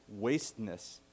wasteness